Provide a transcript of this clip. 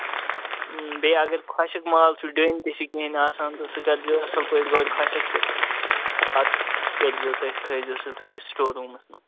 بیٚیہِ اَگر خۄشِکۍ مال چھُ ڈیٚنۍ تہِ چھِ کِنۍ آسان تہٕ سُہ کٔرۍزیٚو اَصٕل پٲٹھۍ گۅڈٕ خۄشِک تہٕ پَتہٕ کٔرۍزیٚو تُہۍ تھٲۍزیٚو سُہ تُہۍ سِٹور روٗمَس منٛز